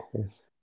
yes